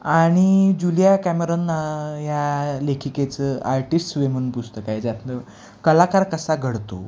आणि Julia Cameron या लेखिकेचं आर्टिस्ट वे म्हणून पुस्तक आहे ज्यातून कलाकार कसा घडतो